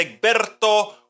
Egberto